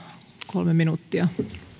kolme minuuttia